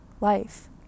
life